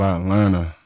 Atlanta